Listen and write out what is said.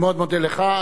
אני מאוד מודה לך.